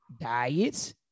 diets